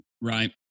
right